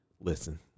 listen